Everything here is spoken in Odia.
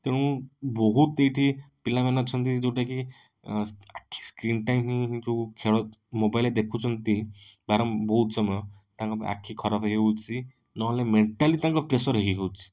ତେଣୁ ବହୁତ ଏଇଠି ପିଲାମାନେ ଅଛନ୍ତି ଯେଉଁଟା କି ଆଖି ସ୍କ୍ରିନ୍ ଟାଇମ୍ ଯେଉଁ ଖେଳ ମୋବାଇଲ ରେ ଦେଖୁଛନ୍ତି ବାରମ୍ବ ବହୁତ ସମୟ ତାଙ୍କ ଆଖି ଖରାପ ହେଇ ଯାଉଛି ନହେଲେ ମେଣ୍ଟାଲି ତାଙ୍କ ପ୍ରେସର ହେଇ ଯାଉଛି